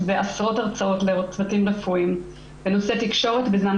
אולי קרוב ל-100% מהרופאים יוצאים מהבית בבוקר עם רצון לעזור